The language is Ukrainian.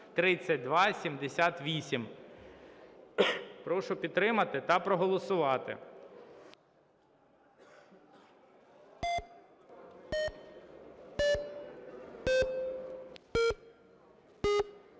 Прошу підтримати та проголосувати.